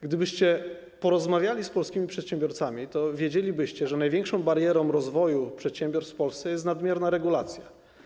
Gdybyście porozmawiali z polskimi przedsiębiorcami, to wiedzielibyście, że największą barierą rozwoju przedsiębiorstw w Polsce jest nadmierna regulacja.